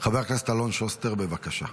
חבר הכנסת אלון שוסטר, בבקשה.